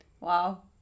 Wow